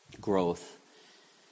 growth